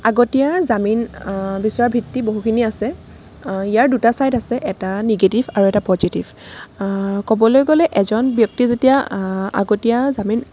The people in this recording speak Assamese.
আগতীয়া জামিন বিচৰা ভিত্তি বহুখিনি আছে ইয়াৰ দুটা ছাইড আছে এটা নিগেটিভ আৰু এটা পজিটিভ ক'বলৈ গ'লে এজন ব্যক্তি যেতিয়া আগতীয়া জামিন